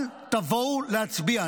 אל תבואו להצביע.